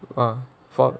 but for